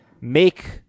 make